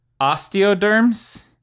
osteoderms